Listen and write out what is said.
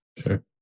Sure